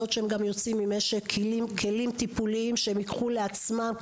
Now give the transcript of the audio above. שהם גם יצאו עם ממשק כלים טיפוליים שהם יקחו לעצמם.